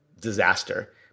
disaster